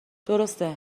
درسته